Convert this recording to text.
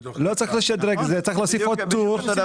צריך להוסיף עוד טור.